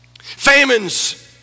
Famines